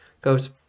goes